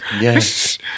Yes